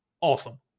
awesome